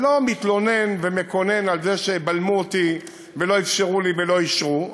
ולא מתלונן ומקונן על זה שבלמו אותי ולא אפשרו לי ולא אישרו.